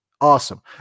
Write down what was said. Awesome